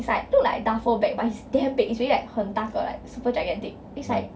it's like look like duffel bag but it's damn big it's really like 很大个 like super gigantic is like